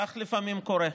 כך לפעמים קורה,